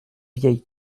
vieille